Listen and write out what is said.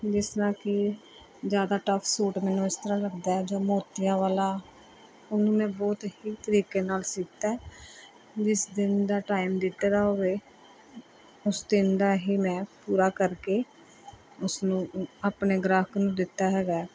ਜਿਸ ਤਰ੍ਹਾਂ ਕਿ ਜ਼ਿਆਦਾ ਟੱਫ ਸੂਟ ਮੈਨੂੰ ਇਸ ਤਰ੍ਹਾਂ ਲਗਦਾ ਹੈ ਜੋ ਮੋਤੀਆਂ ਵਾਲਾ ਉਹਨੂੰ ਮੈਂ ਬਹੁਤ ਹੀ ਤਰੀਕੇ ਨਾਲ ਸੀਤਾ ਹੈ ਜਿਸ ਦਿਨ ਦਾ ਟਾਇਮ ਦਿੱਤਾ ਹੋਵੇ ਉਸ ਦਿਨ ਦਾ ਹੀ ਮੈਂ ਪੂਰਾ ਕਰਕੇ ਉਸ ਨੂੰ ਆਪਣੇ ਗ੍ਰਾਹਕ ਨੂੰ ਦਿੱਤਾ ਹੈਗਾ ਹੈ